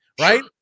right